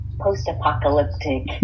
post-apocalyptic